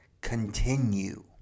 continue